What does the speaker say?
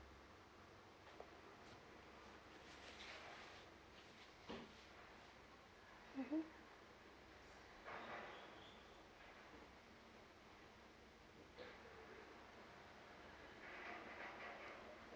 mmhmm